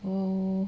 um